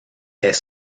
est